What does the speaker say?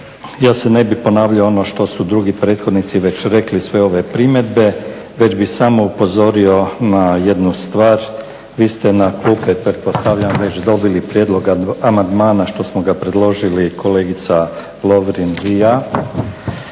ja ne bih ponavljao ono što su drugi prethodnici već rekli sve ove primjedbe već bi samo upozorio na jednu stvar vi ste na klupe pretpostavljam već dobili prijedlog amandmana što smo ga predložili kolegica Lovrin i ja